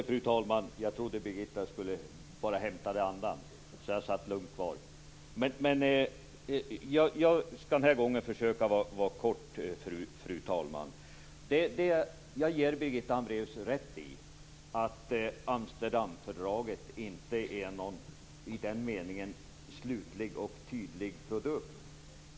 Fru talman! Jag skall den här gången försöka fatta mig kort. Jag ger Birgitta Hambraeus rätt i att Amsterdamfördraget inte är någon slutlig och tydlig produkt.